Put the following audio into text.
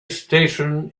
station